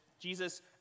Jesus